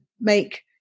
make